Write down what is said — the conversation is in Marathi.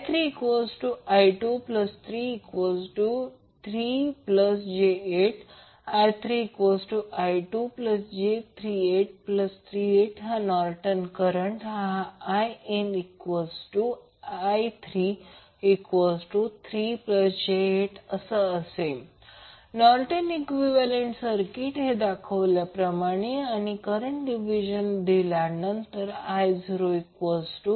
I3I233j8 I3I233j8 नॉर्टन करंट हा INI33j8 नॉर्टन इक्विवैलेन्ट सर्किट हे दाखविल्याप्रमाणे आणि करंट डिवीज़न दिल्यानंतर I05520j15IN3j85j31